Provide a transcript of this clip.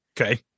Okay